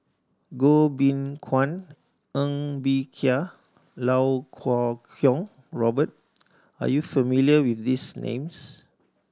Goh Beng Kwan Ng Bee Kia Lau Kuo Kwong Robert are you familiar with these names